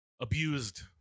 abused